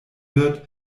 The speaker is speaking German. wird